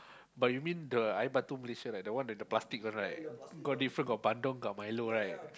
but you mean the air batu Malaysia the one the plastic one right got different got bandung got milo right